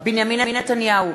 בנימין נתניהו,